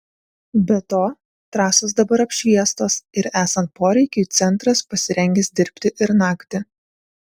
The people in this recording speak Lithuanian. be to trasos dabar apšviestos ir esant poreikiui centras pasirengęs dirbti ir naktį